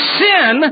sin